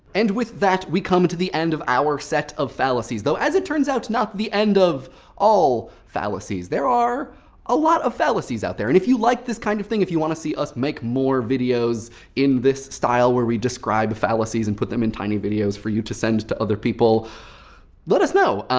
with that, we come to the end of our set of fallacies though, as it turns out, not the end of all fallacies. there are a lot of fallacies out there. and if you like this kind of thing if you want to see us make more videos in this style, where we describe fallacies and put them in tiny videos for you to send to other people let us know,